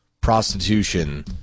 prostitution